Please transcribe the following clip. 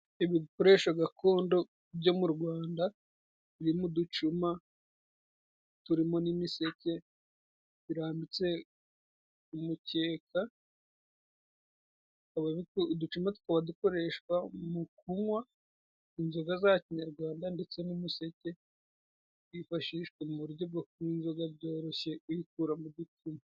Ibikoresho gakondo byo mu Rwanda birimo uducuma turimo n'imiseke birambitse ku mukeka. Uducuma tukaba dukoreshwa mu kunywa inzoga za kinyarwanda ndetse n'umuseke wifashishwa mu buryo bwo kunywa inzoga byoroshye kuyikura mu ducuma.